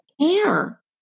care